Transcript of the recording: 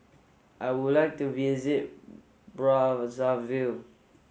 I would like to visit Brazzaville